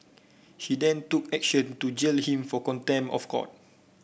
she then took action to jail him for contempt of court